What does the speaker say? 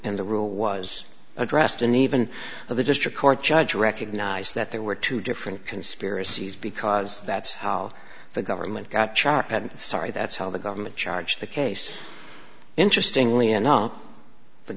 end the rule was addressed and even the district court judge recognized that there were two different conspiracies because that's how the government got shot at star that's how the government charged the case interestingly enough the